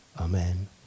Amen